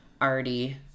already